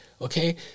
Okay